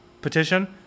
petition